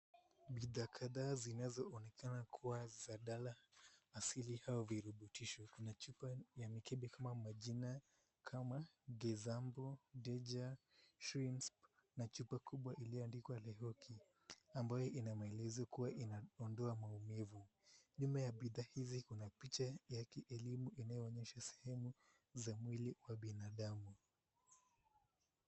Bidhaa kadhaa zinazoonekana kuwa za dawa asili au virutubisho vinachupa ya mikebe kama majina kama Nzegambu, Deja, Shirink na chupa kubwa iliyoandikwa Leoki ambayo ina maelezo kuwa ni ya kuondoa maumivu. Nyuma ya bidhaa hizi kuna picha ya kielimu inayoonyesha sehemu za mwili kwa binadamu.